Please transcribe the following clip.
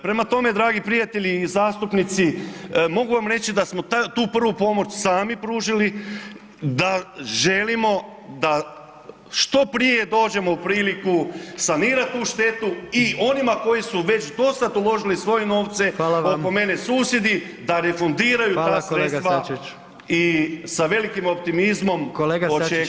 Prema tome dragi prijatelji i zastupnici mogu vam reći da smo tu prvu pomoć sami pružili, da želimo da što prije dođemo u priliku sanirat tu štetu i onima koji su već dosad uložili svoje novce [[Upadica: Hvala vam]] oko mene susjedi, da refundiraju ta sredstva [[Upadica: Hvala kolega Sačić]] i sa velikim optimizmom [[Upadica: Kolega Sačić, vrijeme je isteklo]] očekujemo.